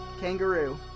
kangaroo